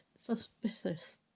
suspicious